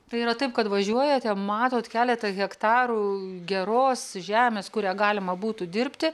tai yra taip kad važiuojate matot keletą hektarų geros žemės kurią galima būtų dirbti